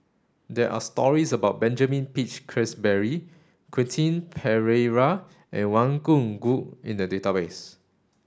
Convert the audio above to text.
there are stories about Benjamin Peach Keasberry Quentin Pereira and Wang Gungwu in the database